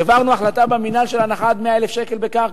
העברנו החלטה במינהל של הנחה עד 100,000 שקל בקרקע.